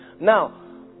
Now